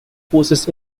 forces